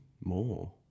more